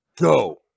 go